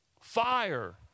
fire